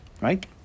right